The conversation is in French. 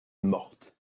morte